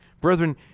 Brethren